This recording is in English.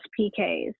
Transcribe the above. PKs